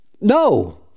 No